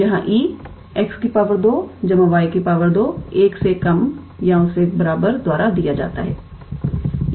जहाँ E 𝑥 2 𝑦 2 ≤ 1 द्वारा दिया जाता है